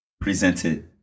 presented